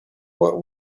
what